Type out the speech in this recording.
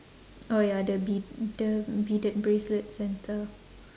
orh ya the bead the beaded bracelets and stuff